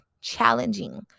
challenging